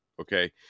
Okay